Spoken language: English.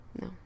No